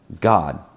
God